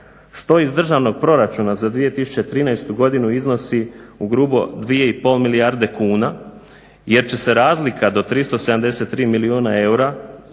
što iz državnog proračuna za 2013. godinu iznosi ugrubo 2,5 milijarde kuna jer će se razlika do 373 milijuna eura